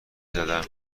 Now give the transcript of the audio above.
زدم